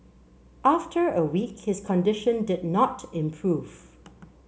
after a week his condition did not improve